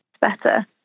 better